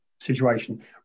situation